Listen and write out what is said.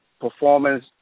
performance